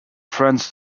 friends